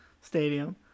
stadium